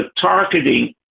targeting